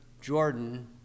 Jordan